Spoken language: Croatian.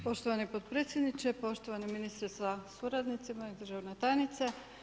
Poštovani potpredsjedniče, poštovani ministre sa suradnicima i državna tajnice.